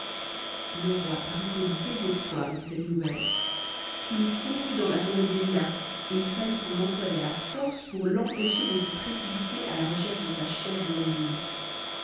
le roi parut au désespoir de cette nouvelle il courut dans la forêt des lilas et il fallut qu'on employât la force pour l'empêcher de s'y précipiter à la recherche de sa chère blondine